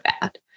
bad